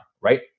right